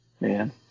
Man